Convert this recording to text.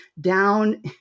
down